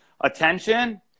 Attention